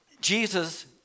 Jesus